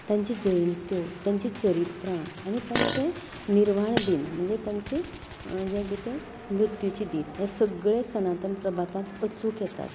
तांचे जयंत्यो तांची चरित्रां आनी तांचे निर्वाळ दीन म्हणजे तांचे हें कितें मृत्युचे दीस हें सगळें सनातन प्रभातान अचूक येतात